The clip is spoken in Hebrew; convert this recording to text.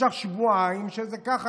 יש לך שבועיים שזה ככה,